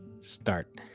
start